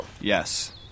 Yes